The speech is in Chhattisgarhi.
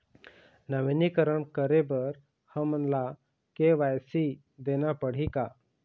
नवीनीकरण करे बर हमन ला के.वाई.सी देना पड़ही का?